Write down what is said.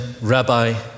Rabbi